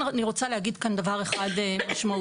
אני רוצה להגיד כאן דבר אחד משמעותי.